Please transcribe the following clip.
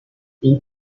این